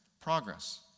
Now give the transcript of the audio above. progress